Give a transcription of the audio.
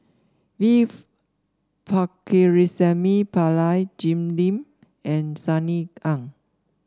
V Pakirisamy Pillai Jim Lim and Sunny Ang